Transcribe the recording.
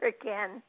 again